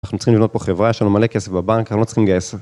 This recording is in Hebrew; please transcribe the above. אנחנו צריכים לבנות פה חברה, יש לנו מלא כסף בבנק, אנחנו לא צריכים לגייס.